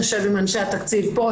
אשב עם אנשי התקציב פה,